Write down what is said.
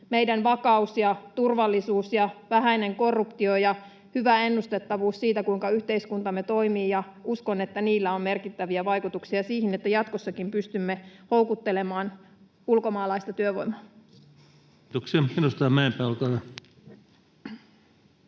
meidän vakaus ja turvallisuus, vähäinen korruptio ja hyvä ennustettavuus siitä, kuinka yhteiskuntamme toimii, ja uskon, että niillä on merkittäviä vaikutuksia siihen, että jatkossakin pystymme houkuttelemaan ulkomaalaista työvoimaa. Kiitoksia. — Edustaja Mäenpää, olkaa hyvä.